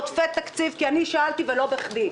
עודפי התקציב, כי אני שאלתי ולא בכדי: